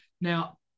Now